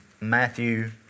Matthew